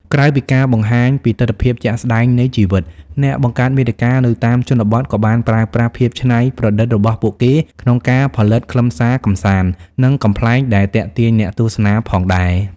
ក្រៅពីការបង្ហាញពីទិដ្ឋភាពជាក់ស្តែងនៃជីវិត អ្នកបង្កើតមាតិកានៅតាមជនបទក៏បានប្រើប្រាស់ភាពច្នៃប្រឌិតរបស់ពួកគេក្នុងការផលិតខ្លឹមសារកម្សាន្ត និងកំប្លែង ដែលទាក់ទាញអ្នកទស្សនាផងដែរ។